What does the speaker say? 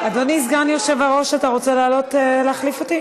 אדוני סגן היושב-ראש, אתה רוצה לעלות להחליף אותי?